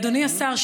אדוני השר,